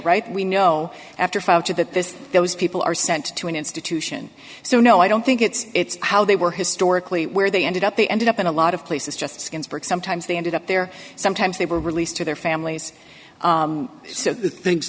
right we know after five to that this those people are sent to an institution so no i don't think it's how they were historically where they ended up they ended up in a lot of places just skins work sometimes they ended up there sometimes they were released to their families so th